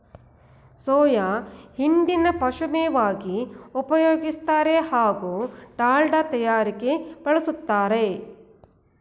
soya ಹಿಂಡಿನ ಪಶುಮೇವಾಗಿ ಉಪಯೋಗಿಸ್ತಾರೆ ಹಾಗೂ ದಾಲ್ಡ ತಯಾರಿಕೆಲಿ ಬಳುಸ್ತಾರೆ